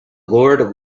lord